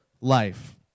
life